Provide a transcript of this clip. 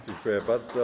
Dziękuję bardzo.